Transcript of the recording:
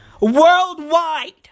Worldwide